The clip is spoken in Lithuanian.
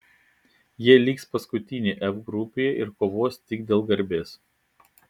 jie liks paskutiniai f grupėje ir kovos tik dėl garbės